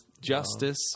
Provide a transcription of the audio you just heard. justice